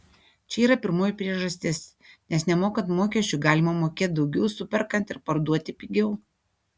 čia yra pirmoji priežastis nes nemokant mokesčių galima mokėt daugiau superkant ir parduoti pigiau